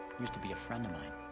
used to be a friend of mine.